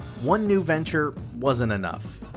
one new venture wasn't enough.